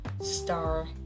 star